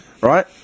right